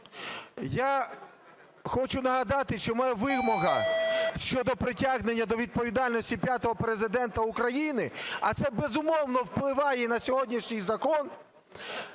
Я хочу нагадати, що моя вимога щодо притягнення до відповідальності п'ятого Президента України, а це, безумовно, впливає на сьогоднішній закон,